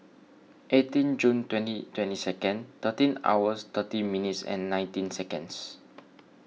eighteen June twenty twenty second thirteen hours thirty minutes and nineteen seconds